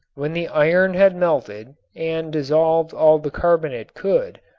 when the iron had melted and dissolved all the carbon it could,